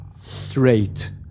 straight